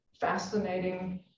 fascinating